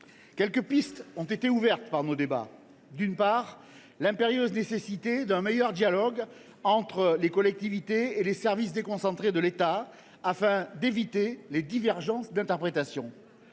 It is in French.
Quelques pistes ont été ouvertes au cours de nos débats. D’une part, l’impérieuse nécessité d’un meilleur dialogue entre les collectivités et les services déconcentrés de l’État a été abordée, afin d’éviter les divergences d’interprétation.